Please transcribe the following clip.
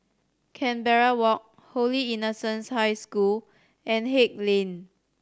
Canberra Walk Holy Innocents High School and Haig Lane